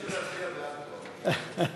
נציין שרצינו להצביע בעד, מה?